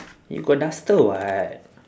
you got duster [what]